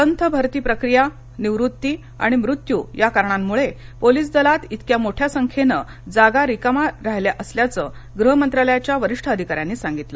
संथ भरती प्रक्रिया निवृत्ती आणि मृत्यू या कारणांमुळे पोलीसदलात इतक्या मोठ्या संख्येने जागा रिकाम्या राहिल्या असल्याचं गृहमंत्रालयाच्या वरिष्ठ अधिकाऱ्यांनी स्पष्ट केलं